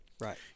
Right